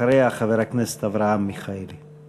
אחריה, חבר הכנסת אברהם מיכאלי.